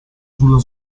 sulla